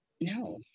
No